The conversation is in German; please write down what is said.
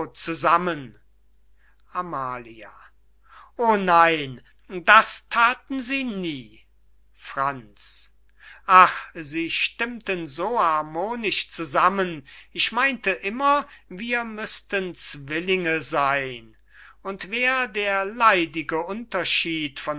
zusammen amalia o nein das thaten sie nie franz ach sie stimmten so harmonisch zusammen ich meynte immer wir müßten zwillinge seyn und wär der leidige unterschied